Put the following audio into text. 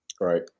Right